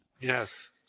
Yes